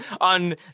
On